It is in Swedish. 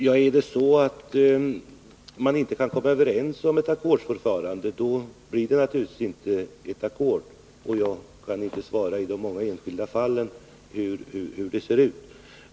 Herr talman! Om man inte kan komma överens om ett ackordsförfarande, då blir det naturligtvis inte ett ackord. Jag kan inte säga hur det ser ut i de många enskilda fallen.